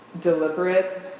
deliberate